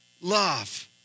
Love